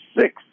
Six